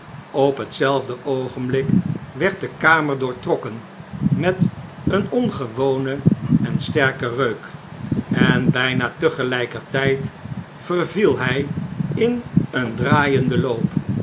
op hetzelfde oogenblik werd de kamer doortrokken met een ongewone en sterke reuk en byna tegelykertijd verviel hy in een draaienden loop